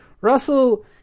Russell